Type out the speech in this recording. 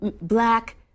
black